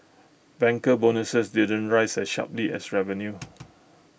banker bonuses didn't rise as sharply as revenue